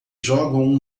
jogam